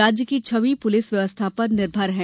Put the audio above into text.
राज्य की छवि पुलिस व्यवस्था पर निर्भर है